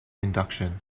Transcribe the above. induction